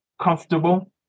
comfortable